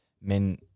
men